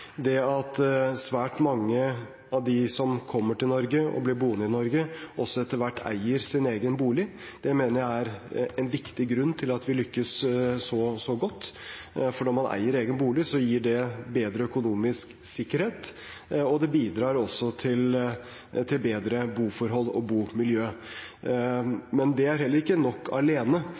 Det at svært mange av dem som kommer til Norge og blir boende i Norge, også etter hvert eier sin egen bolig, mener jeg er en viktig grunn til at vi lykkes så godt, for når man eier egen bolig, gir det bedre økonomisk sikkerhet, og det bidrar også til bedre boforhold og bomiljø. Men det er heller ikke nok alene.